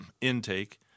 intake